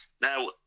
now